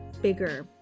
Bigger